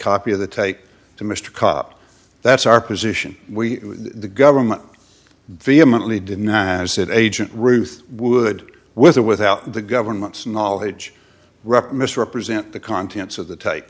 copy of the take to mr cobb that's our position we the government vehemently denies that agent ruth would with or without the government's knowledge rep mis represent the contents of the type